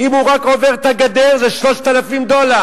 אם הוא רק עובר את הגדר זה 3,000 דולר,